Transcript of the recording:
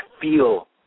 feel